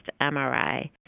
MRI